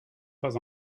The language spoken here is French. pas